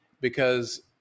because-